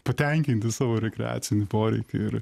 patenkinti savo rekreacinį poreikį